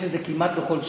יש את זה כמעט בכל שנה,